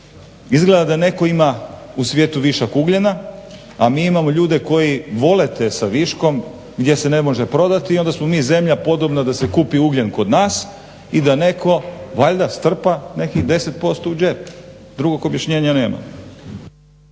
Izgleda da netko ima u svijetu višak ugljena, a mi imamo ljude koji vole te sa viškom, gdje se ne može prodati i onda smo mi zemlja podobna da se kupi ugljen kod nas i da netko valjda strpa nekih 10% u džep. Drugog objašnjenja nema.